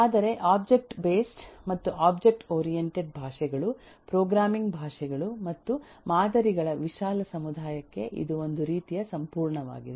ಆದರೆ object based ಮತ್ತು object oriented ಭಾಷೆಗಳು ಪ್ರೋಗ್ರಾಮಿಂಗ್ ಭಾಷೆಗಳು ಮತ್ತು ಮಾದರಿಗಳ ವಿಶಾಲ ಸಮುದಾಯಕ್ಕೆ ಇದು ಒಂದು ರೀತಿಯ ಸಂಪೂರ್ಣವಾಗಿದೆ